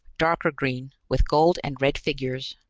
darker green, with gold and red figures.